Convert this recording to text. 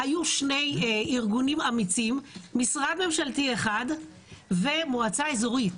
היו שני ארגונים אמיצים: משרד ממשלתי אחד ומועצה אזורית.